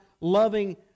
loving